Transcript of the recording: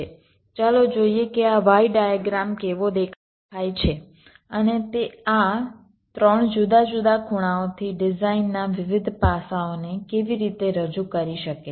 તો ચાલો જોઈએ કે આ Y ડાયગ્રામ કેવો દેખાય છે અને તે આ 3 જુદા જુદા ખૂણાઓથી ડિઝાઇનના વિવિધ પાસાઓને કેવી રીતે રજૂ કરી શકે છે